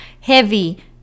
heavy